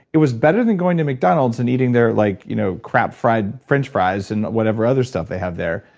it was better than going to mcdonald's and eating their like you know crap fried french fries and whatever other stuff they have there,